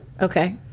Okay